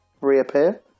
reappear